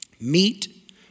Meet